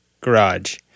garage